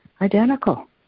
identical